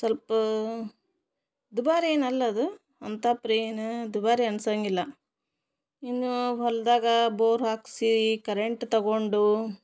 ಸ್ವಲ್ಪ ದುಬಾರಿ ಏನೂ ಅಲ್ಲ ಅದು ಅಂಥ ಪರಿ ಏನೂ ದುಬಾರಿ ಅನ್ಸಂಗಿಲ್ಲ ಇನ್ನು ಹೊಲದಾಗ ಬೋರ್ ಹಾಕಿಸಿ ಕರೆಂಟ್ ತಗೊಂಡು